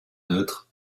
neutre